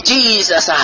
Jesus